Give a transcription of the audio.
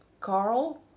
Carl